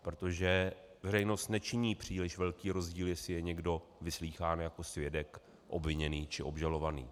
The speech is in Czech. Protože veřejnost nečiní příliš velký rozdíl, jestli je někdo vyslýchán jako svědek, obviněný, či obžalovaný.